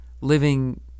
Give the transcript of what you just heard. living